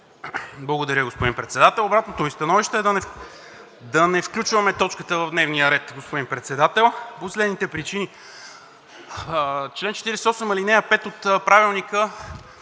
Благодаря, господин Председател. Обратното ми становище е да не включваме точката в дневния ред, господин Председател, по следните причини: чл. 48, ал. 5 от Правилника